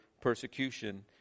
persecution